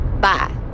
Bye